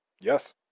Yes